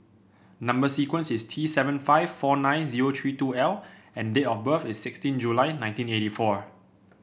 number sequence is T seven five four nine zero three two L and date of birth is sixteen July nineteen eighty four